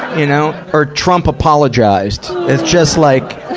you know? or trump apologized. it's just like,